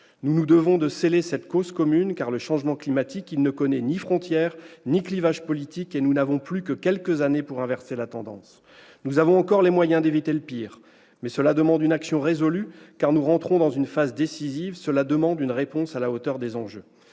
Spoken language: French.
Nous nous devons de sceller cette cause commune, car le changement climatique ne connaît ni frontières ni clivages politiques, et nous n'avons plus que quelques années pour inverser la tendance. Nous avons encore les moyens d'éviter le pire, mais cela demande une action résolue, car nous entrons dans une phase décisive. La réponse doit être à la hauteur des enjeux.